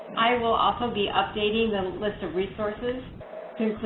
i will also be updating the list of resources